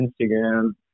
Instagram